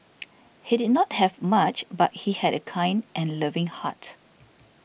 he did not have much but he had a kind and loving heart